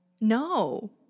No